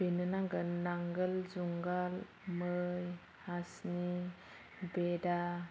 बेनो नांगोन नांगोल जुंगाल मै हासिनि बेदा